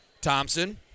Thompson